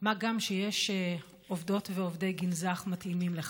מה גם שיש עובדי ועובדות גנזך מתאימים לכך?